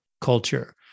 culture